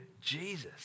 Jesus